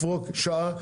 לפרוק שעה,